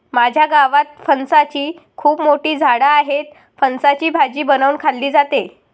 माझ्या गावात फणसाची खूप मोठी झाडं आहेत, फणसाची भाजी बनवून खाल्ली जाते